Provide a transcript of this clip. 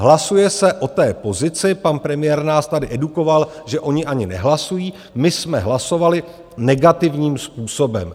Hlasuje se o té pozici, pan premiér nás tady edukoval, že oni ani nehlasují, my jsme hlasovali negativním způsobem.